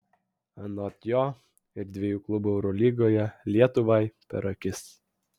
anot jo ir dviejų klubų eurolygoje lietuvai per akis